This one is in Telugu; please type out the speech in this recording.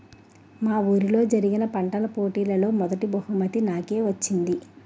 మా వూరిలో జరిగిన పంటల పోటీలలో మొదటీ బహుమతి నాకే వచ్చింది